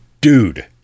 Dude